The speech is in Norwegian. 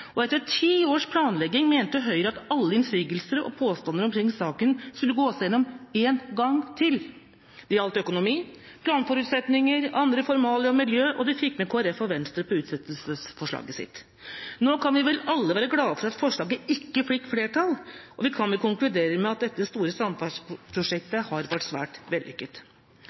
Og etter ti års planlegging mente Høyre at alle innsigelser og påstander omkring saken skulle gås igjennom en gang til. Det gjaldt økonomi, planforutsetninger, andre formalia og miljø – og de fikk med seg Kristelig Folkeparti og Venstre på utsettelsesforslaget sitt. Nå kan vi alle være glade for at forslaget ikke fikk flertall, og vi kan vel konkludere med at dette store samferdselsprosjektet har vært svært vellykket.